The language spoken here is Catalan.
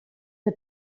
que